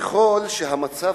ככל שהמצב